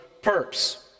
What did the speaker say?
perps